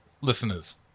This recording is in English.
listeners